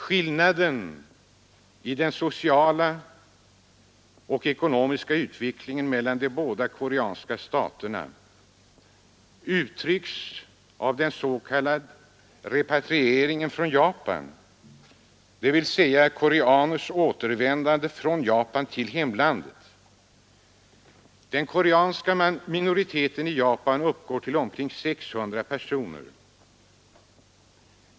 Skillnaden i den sociala och ekonomiska utvecklingen mellan de båda koreanska staterna understryks av den s.k. repatrieringen i Japan, dvs. koreaners återvändande från Japan till hemlandet. Den koreanska minoriteten i Japan uppgår till omkring 600 000 personer.